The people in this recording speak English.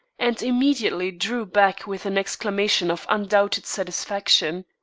and immediately drew back with an exclamation of undoubted satisfaction.